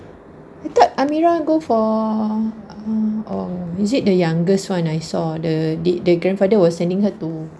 I thought amirah go for err oo visit the youngest one I saw the the grandfather was sending her to